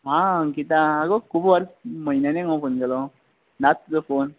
हां अंकिता आगो खूब वर्स म्हयन्यानी मगो फोन केलो नात तुजो फोन